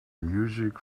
music